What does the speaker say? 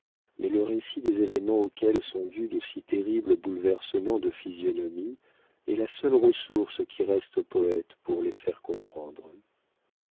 mais le récit des événements auxquels sont dus de si terribles bouleversements de physionomie est la seule ressource qui reste au poète pour les faire comprendre